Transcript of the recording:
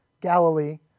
Galilee